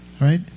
right